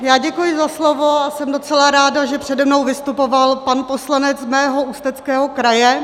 Já děkuji za slovo a jsem docela ráda, že přede mnou vystupoval pan poslanec z mého Ústeckého kraje.